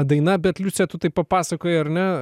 daina bet liucija tu tai papasakojai ar ne